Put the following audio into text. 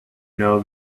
know